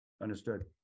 Understood